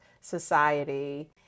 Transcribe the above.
society